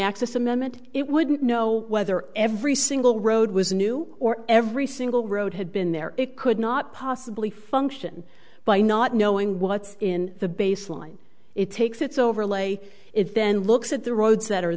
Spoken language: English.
access amendment it wouldn't know whether every single road was new or every single road had been there it could not possibly function by not knowing what's in the baseline it takes its overlay it then looks at the roads that are